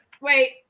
wait